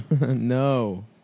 No